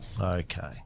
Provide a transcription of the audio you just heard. Okay